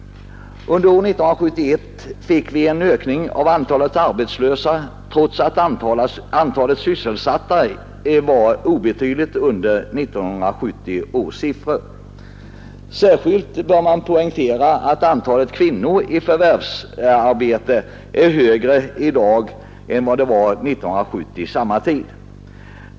Under år 1971 fick vi en ökning av antalet arbetslösa, trots att antalet sysselsatta obetydligt understeg siffrorna för år 1970. Särskilt bör man poängtera att antalet kvinnor i förvärvsarbete i dag är högre än det var vid samma tid 1970.